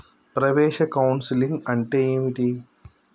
ప్రవేశ కౌన్సెలింగ్ అంటే ఏమిటి?